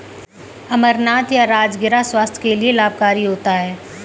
अमरनाथ या राजगिरा स्वास्थ्य के लिए लाभकारी होता है